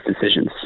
decisions